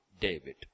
David